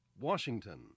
Washington